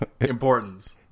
importance